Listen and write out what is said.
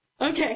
Okay